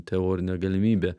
teorinę galimybę